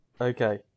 Okay